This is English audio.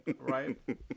Right